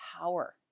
power